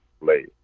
late